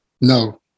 no